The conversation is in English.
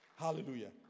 Hallelujah